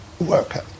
worker